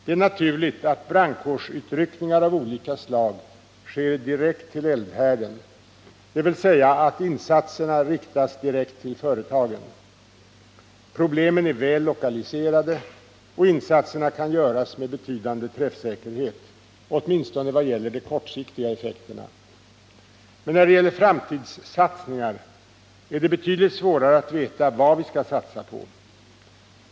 Det är naturligt att brandkårsutryckningar av olika slag sker direkt till eldhärden, dvs. att insatserna riktas direkt till företagen. Problemen är väl lokaliserade och insatserna kan göras med betydande träffsäkerhet, åtminstone vad gäller de kortsiktiga effekterna. Men när det gäller framtidssatsningar är det betydligt svårare att veta vad vi skall satsa på.